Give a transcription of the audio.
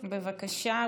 בבקשה,